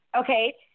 Okay